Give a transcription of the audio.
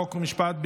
חוק ומשפט,